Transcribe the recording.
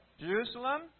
Jerusalem